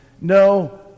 No